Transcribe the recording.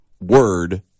word